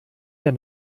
der